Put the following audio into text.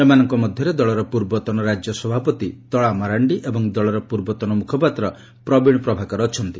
ଏମାନଙ୍କ ମଧ୍ୟରେ ଦଳର ପୂର୍ବତନ ରାଜ୍ୟ ସଭାପତି ତଳାମାରାଣ୍ଡି ଏବଂ ଦଳର ପୂର୍ବତନ ମୁଖପାତ୍ର ପ୍ରବୀଣ ପ୍ରଭାକର ଅଛନ୍ତି